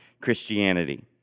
Christianity